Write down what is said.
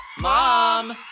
Mom